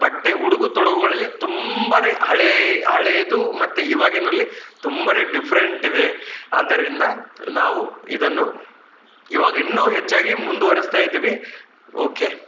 ಬಟ್ಟೆ ಉಡುಗೆ ತೊಡುಗೆಗಳಲ್ಲಿ ತುಂಬಾ ಹಳೆಯ ಹಳೆಯದು ಮತ್ತು ಇವಾಗಿನಲ್ಲಿ ತುಂಬಾ ಡಿಫ್ರೆಂಟಿದೆ ಆದ್ದರಿಂದ ನಾವು ಇದನ್ನು ಇವಾಗಿನ್ನೂ ಹೆಚ್ಚಾಗಿ ಮುಂದುವರಿಸ್ತಾ ಇದ್ದೀವಿ ಓಕೆ